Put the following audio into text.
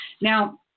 Now